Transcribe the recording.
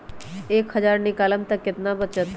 एक हज़ार निकालम त कितना वचत?